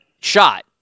shot